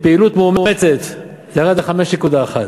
עם פעילות מאומצת ירד ל-5.1.